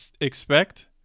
expect